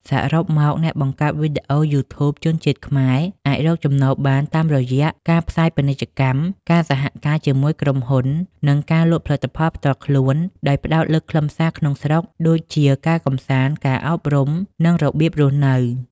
សរុបមក អ្នកបង្កើតវីដេអូ YouTube ជនជាតិខ្មែរអាចរកចំណូលបានតាមរយៈការផ្សាយពាណិជ្ជកម្ម ការសហការជាមួយក្រុមហ៊ុន និងការលក់ផលិតផលផ្ទាល់ខ្លួន ដោយផ្តោតលើខ្លឹមសារក្នុងស្រុកដូចជាការកម្សាន្ត ការអប់រំ និងរបៀបរស់នៅ។